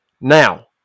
Now